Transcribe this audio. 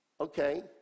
Okay